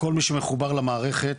כל מי שמחובר למערכת,